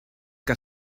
que